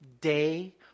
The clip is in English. day